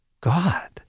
God